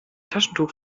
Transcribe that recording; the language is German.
taschentuch